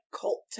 cult